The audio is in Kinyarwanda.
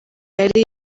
yari